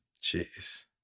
Jeez